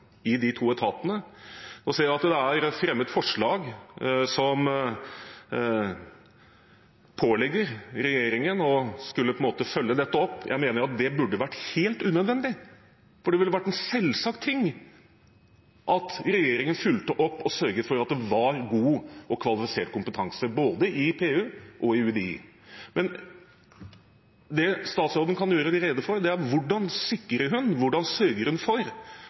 i de to etatene. Jeg ser at det er fremmet forslag som pålegger regjeringen å følge dette opp. Jeg mener at det burde vært helt unødvendig, for det burde vært selvsagt at regjeringen fulgte opp og sørget for at det var god og kvalifisert kompetanse, i både PU og UDI. Det statsråden kan gjøre rede for, er hvordan hun sørger for